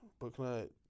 Booknight